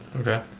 okay